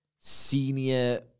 senior